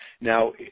Now